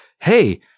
hey